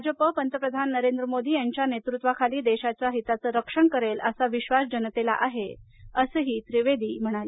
भाजप पंतप्रधान नरेंद्र मोदी यांच्या नेतृत्वाखाली देशाच्या हिताचं रक्षण करेल असा विश्वास जनतेला आहे असंही त्रिवेदी म्हणाले